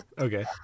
okay